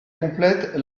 complète